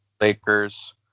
Lakers